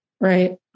right